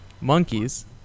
monkeys